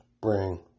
bring